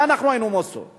מה אנחנו היינו, ?